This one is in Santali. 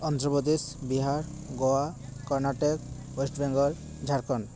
ᱚᱱᱫᱷᱨᱚᱯᱨᱚᱫᱮᱥ ᱵᱤᱦᱟᱨ ᱜᱳᱣᱟ ᱠᱚᱨᱱᱟᱴᱚᱠ ᱳᱭᱮᱥᱴ ᱵᱮᱝᱜᱚᱞ ᱡᱷᱟᱲᱠᱷᱚᱸᱰ